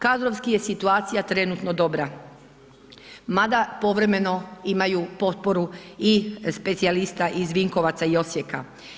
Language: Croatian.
Kadrovski je situacija trenutno dobra mada povremeno imaju potporu i specijalista iz Vinkovaca i Osijeka.